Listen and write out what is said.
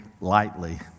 lightly